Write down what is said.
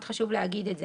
חשוב מאוד להגיד את זה.